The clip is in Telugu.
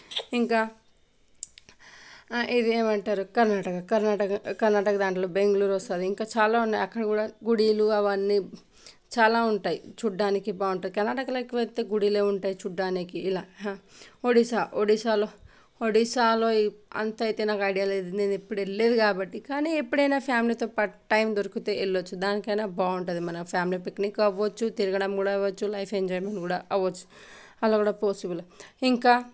ఇంకా ఇది ఏమంటారు కర్ణాటక కర్ణాటక కర్ణాటక దాంట్లో బెంగళూరు వస్తుంది ఇంకా చాలా ఉన్నాయి అక్కడ కూడా గుళ్ళు అవన్నీ చాలా ఉంటాయి చూడడానికి బాగుంటుంది కర్ణాటకలో ఎక్కువ వెళితే గుళ్ళు ఉంటాయి చూడడానికి ఇలా ఒడిస్సా ఒడిస్సాలో ఒడిస్సా లో అంత అయితే నాకు ఐడియా లేదు నేను ఎప్పుడు వెళ్ళలేదు కాబట్టి కానీ ఎప్పుడైనా ఫ్యామిలీతో పాటు టైం దొరికితే వెళ్ళచ్చు దానికైనా బాగుంటుంది మన ఫ్యామిలీ పిక్నిక్ అవ్వచ్చు తిరగడం కూడా అవ్వచ్చు లైఫ్ ఎంజాయ్మెంట్ కూడా అవ్వచ్చు అలా కూడా పాజిబుల్ ఇంకా